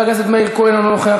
חבר הכנסת מאיר כהן, אינו נוכח.